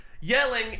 Yelling